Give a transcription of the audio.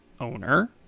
owner